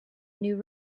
new